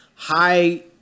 High